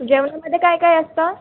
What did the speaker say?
जेवणामध्ये काय काय असतं